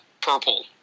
purple